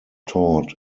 taught